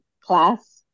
class